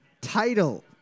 title